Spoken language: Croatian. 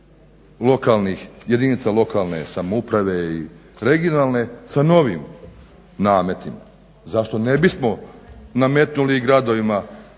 proračune jedinica lokalne samouprave i regionalne sa novim nametima, zašto ne bismo nametnuli i gradovima